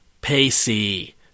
Pacey